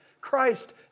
Christ